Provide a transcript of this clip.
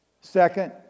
Second